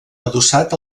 adossat